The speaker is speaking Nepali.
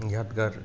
यादगार